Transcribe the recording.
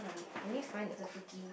let me find the quote